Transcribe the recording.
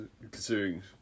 considering